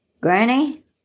Granny